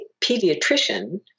pediatrician